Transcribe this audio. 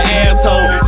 asshole